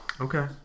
okay